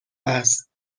است